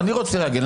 אני רוצה להגן.